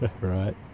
right